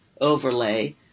overlay